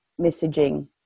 messaging